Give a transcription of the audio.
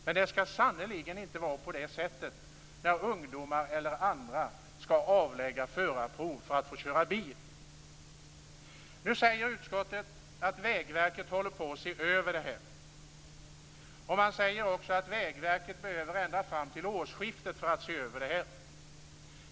Men det skall sannerligen inte vara på det sättet när ungdomar eller andra skall avlägga förarprov för att få köra bil. Utskottet säger nu att Vägverket håller på att se över detta. Man säger också att Vägverket behöver tiden ända fram till årsskiftet för detta.